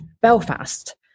Belfast